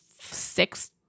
six